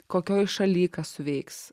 kokioj šaly kas suveiks